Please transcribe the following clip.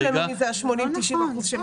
--- אולי תציג לנו מי זה ה-80% 90% שפטורים.